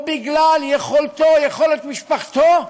או בגלל יכולתו, או יכולת משפחתו,